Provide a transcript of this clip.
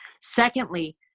Secondly